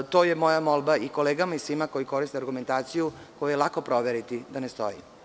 To je moja molba i kolegama i svima koji koriste argumentaciju koju je lako proveriti da ne stoji.